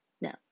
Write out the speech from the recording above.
No